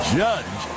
judge